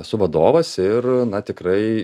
esu vadovas ir na tikrai